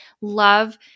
love